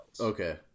okay